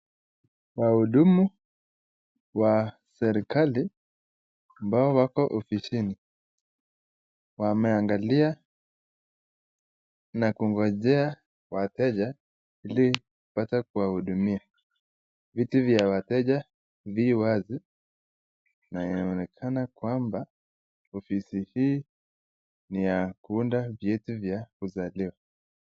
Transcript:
Wahudumu wa serikali ambao wako ofisini, wameangalia na kungojea wateja ili wapate kuwahudumia. Viti vya wateja vi wazi na inaonekana kwamba ofisi hii ni ya kuunda vyeti vya kuzaliwa.